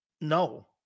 No